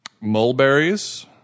mulberries